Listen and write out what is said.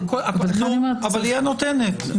היא הנותנת.